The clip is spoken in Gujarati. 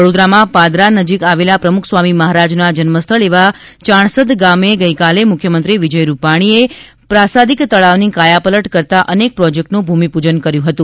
વડોદરામાં પાદરા નજીક પ્રમુખ સ્વામી મહાસજના જન્મસ્થળ યાણસદ ગામે ગઇકાલે મુખ્યમંત્રી વિજય રુપાણી એ પ્રાસાદિક તળાવની કાયાપલટ કરતાં અનેક પ્રોજેક્ટનું ભૂમિપૂજન કર્યું હતું